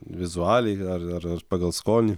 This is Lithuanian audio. vizualiai ar ar ar pagal skonį